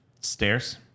Stairs